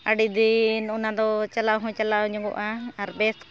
ᱟᱹᱰᱤᱫᱤᱱ ᱚᱱᱟ ᱫᱚ ᱪᱟᱞᱟᱣ ᱦᱚᱸ ᱪᱟᱞᱟᱣ ᱧᱚᱜᱚᱜᱼᱟ ᱟᱨ ᱵᱮᱥ